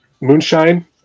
Moonshine